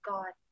God